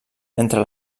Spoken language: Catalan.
entre